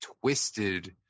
twisted